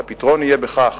הפתרון יהיה בכך